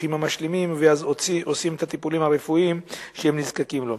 הביטוחים המשלימים ועושים את הטיפולים הרפואיים שהם נזקקים להם.